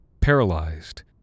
paralyzed